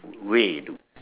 wait